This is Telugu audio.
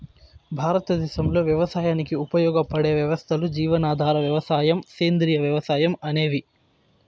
భారతదేశంలో వ్యవసాయానికి ఉపయోగపడే వ్యవస్థలు జీవనాధార వ్యవసాయం, సేంద్రీయ వ్యవసాయం అనేవి